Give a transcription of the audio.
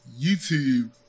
YouTube